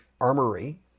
armory